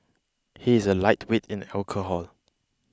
he is a lightweight in alcohol